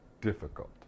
difficult